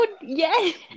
yes